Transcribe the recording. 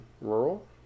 rural